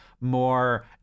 more